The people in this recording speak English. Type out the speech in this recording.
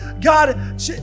God